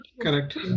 Correct